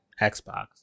Xbox